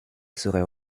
serait